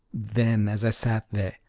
then, as i sat there,